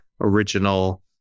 original